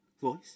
Voice